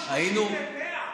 איזו מגמה?